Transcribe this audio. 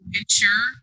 ensure